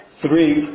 three